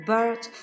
Bird